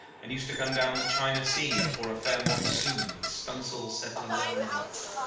and used to come down the china sea before a fair monsoon with stun'-sails set alow and aloft.